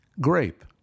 grape